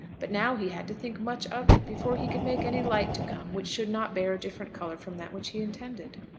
but now he had to think much of it before he could make any light to come which should not bear a different colour from that which he intended.